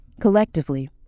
Collectively